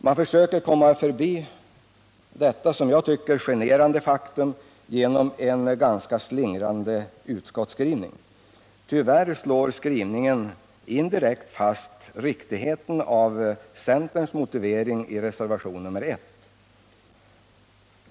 Man försöker komma förbi detta som jag tycker generande faktum genom en ganska slingrande utskottsskrivning. Utskottets majoritet slår emellertid i skrivningen indirekt fast riktigheten i centerns motivering i reservationen 1.